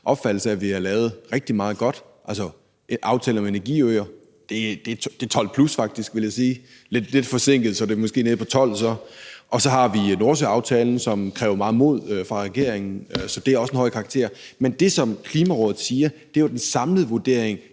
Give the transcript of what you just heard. opfattelse af, at vi har lavet rigtig meget godt, altså aftale om energiøer; det er 12+ , vil jeg faktisk sige. Men det er lidt forsinket, så det er måske nede på 12 så. Så har vi Nordsøaftalen, som krævede meget mod fra regeringen. Så det giver også en høj karakter. Men det, som Klimarådet siger, handler jo om den samlede vurdering.